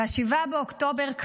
ו-7 באוקטובר,